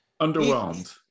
Underwhelmed